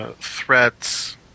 Threats